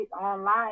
online